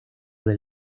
del